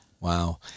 Wow